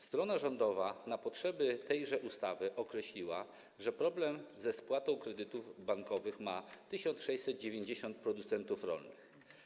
Strona rządowa na potrzeby tejże ustawy określiła, że problem ze spłatą kredytów bankowych ma 1690 producentów rolnych.